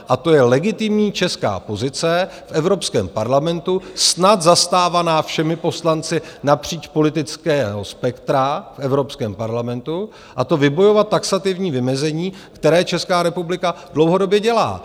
A to je legitimní česká pozice v Evropském parlamentu, snad zastávaná všemi poslanci napříč politickým spektrem v Evropském parlamentu, a to vybojovat taxativní vymezení, které Česká republika dlouhodobě dělá.